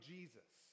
Jesus